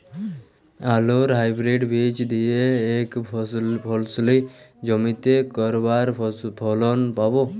আলুর হাইব্রিড বীজ দিয়ে এক ফসলী জমিতে কয়বার ফলন পাব?